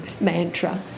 mantra